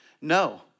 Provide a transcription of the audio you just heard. No